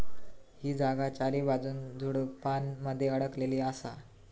ही जागा चारीबाजून झुडपानमध्ये अडकलेली असा